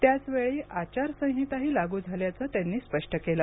त्याचवेळी आचार संहिताही लागू झाल्याचं त्यांनी स्पष्ट केलं